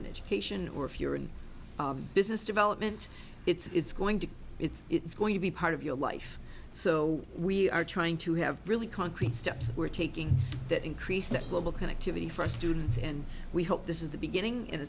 in education or if you're in business development it's going to it's it's going to be part of your life so we are trying to have really concrete steps we're taking that increase that global connectivity for students and we hope this is the beginning and